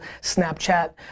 Snapchat